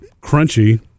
crunchy